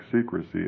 Secrecy